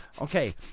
Okay